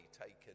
taken